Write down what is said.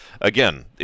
again